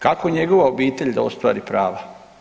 Kako njegova obitelj da ostvari prava?